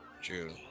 June